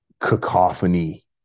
cacophony